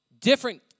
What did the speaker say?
different